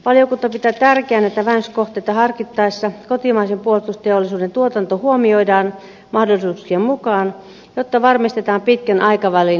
valiokunta pitää tärkeänä että vähennyskohteita harkittaessa kotimaisen puolustusteollisuuden tuotanto huomioidaan mahdollisuuksien mukaan jotta varmistetaan pitkän aikavälin huoltovarmuus